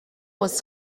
was